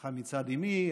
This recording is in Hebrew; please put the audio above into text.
המשפחה מצד אימי,